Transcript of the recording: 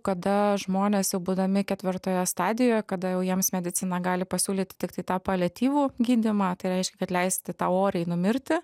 kada žmonės jau būdami ketvirtoje stadijoje kada jau jiems medicina gali pasiūlyti tiktai tą paliatyvų gydymą tai reiškia kad leisti tau oriai numirti